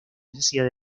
necesidad